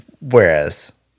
Whereas